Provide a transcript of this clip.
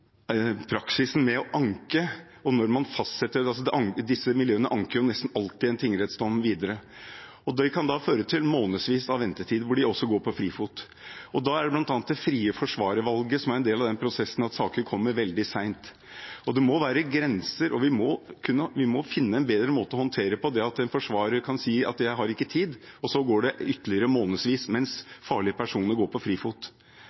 praksisen med å anke og når man fastsetter dem. Disse miljøene anker jo nesten alltid en tingrettsdom videre, og det kan føre til månedsvis med ventetid, hvor de også er på frifot. Da er det bl.a. det frie forsvarervalget som er en del av den prosessen, at saker kommer veldig sent. Det må være grenser, og vi må finne en bedre måte å håndtere det at forsvarere kan si at de ikke har tid på, og så går det ytterligere månedsvis mens farlige personer er på frifot.